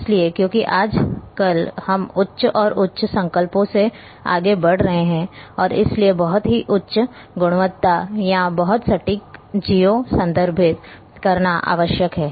इसलिए क्योंकि आजकल हम उच्च और उच्च संकल्पों से आगे बढ़ रहे हैं और इसलिए बहुत ही उच्च गुणवत्ता या बहुत सटीक जिओ संदर्भित करना आवश्यक है